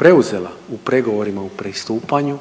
preuzela u pregovorima u pristupanju